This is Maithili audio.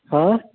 हँ